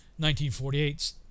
1948